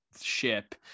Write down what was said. ship